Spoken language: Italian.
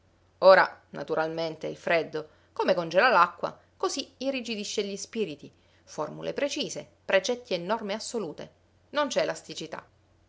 ora naturalmente il freddo come congela l'acqua così irrigidisce gli spiriti formule precise precetti e norme assolute non c'è elasticità